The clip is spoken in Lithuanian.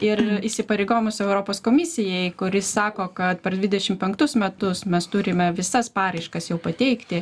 ir įsipareigojimus europos komisijai kuri sako kad per dvidešim penktus metus mes turime visas paraiškas jau pateikti